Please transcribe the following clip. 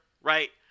right